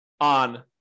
on